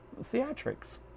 theatrics